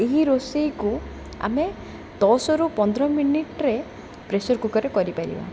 ଏହି ରୋଷେଇକୁ ଆମେ ଦଶରୁ ପନ୍ଦର ମିନିଟ୍ରେ ପ୍ରେସର୍ କୁକର୍ରେ କରିପାରିବା